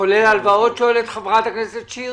שואלת חברת הכנסת שיר